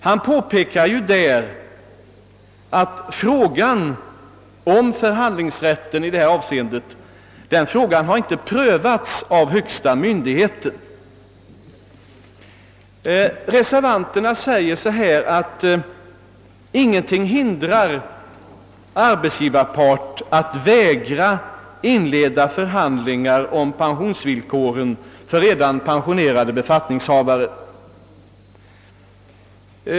Han påpekade att frågan om förhandlingsrätt då det gäller pensionsvillkoren för redan pensionerade befattningshavare inte prövats av högsta myndighet. Reservanterna säger att »ingenting hindrar att arbetsgivarparten vägrar inleda förhandlingar beträffande pensionsvillkoren för redan pensionerade befattningshavare».